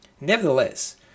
nevertheless